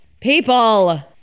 People